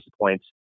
points